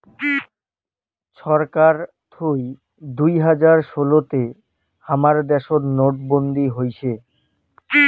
ছরকার থুই দুই হাজার ষোলো তে হামাদের দ্যাশোত নোটবন্দি হসে